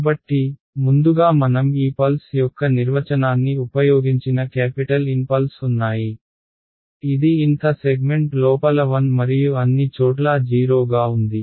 కాబట్టి ముందుగా మనం ఈ పల్స్ యొక్క నిర్వచనాన్ని ఉపయోగించిన క్యాపిటల్ N పల్స్ ఉన్నాయి ఇది n th సెగ్మెంట్ లోపల 1 మరియు అన్ని చోట్లా 0 గా ఉంది